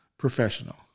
professional